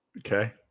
Okay